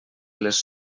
les